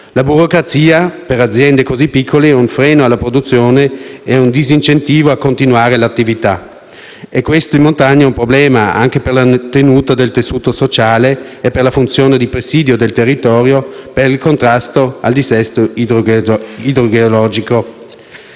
La burocrazia per aziende così piccole è un freno alla produzione e un disincentivo a continuare l'attività e questo in montagna è un problema anche per la tenuta del tessuto sociale e per la funzione di presidio del territorio per il contrasto al dissesto idrogeologico.